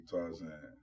Tarzan